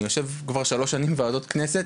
אני יושב כבר שלוש שנים בוועדות כנסת